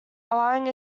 allowing